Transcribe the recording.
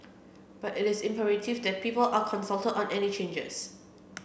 but it is imperative that people are consulted on any changes